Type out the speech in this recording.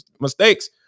mistakes